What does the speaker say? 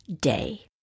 day